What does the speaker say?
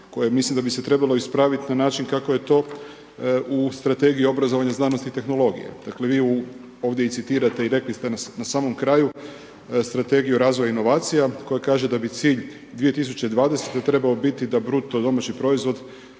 koje mislim da bi se trebalo ispraviti na način kako je to u Strategiji obrazovanja, znanosti i tehnologije. Dakle, vi ovdje i citirate i rekli ste na samom kraju, Strategija o razvoju inovacija koja kaže da bi cilj 2020. trebao biti da bude udio